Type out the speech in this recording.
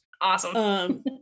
Awesome